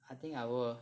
I think I will